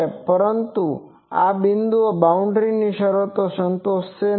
પરંતુ આ બિંદુઓ બાઉન્ડ્રીની શરતો સંતોષશે નહીં